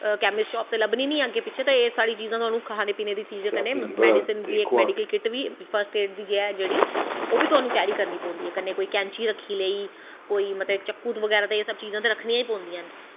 chemist shop ते लभनी नेईं ऐ अग्गैं पिच्छें ते एह् सारी चीजां खाने पीने दी चीजा मैडिसीन दी इक मैडिकल किट बी फस्ट एड़ दी जेह्ड़ी ओह् बी कन्नै तुआनूं कैरी करनी पौंदी ऐ कन्नै कोई कैंची रक्खी कोई चक्कू बगैरा एह् सब चीजां ते रक्खनियां गैं पौंदियां न